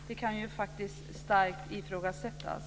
Det kan faktiskt starkt ifrågasättas.